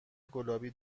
گلابی